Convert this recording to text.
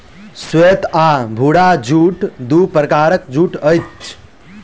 श्वेत आ भूरा जूट दू प्रकारक जूट अछि